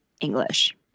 english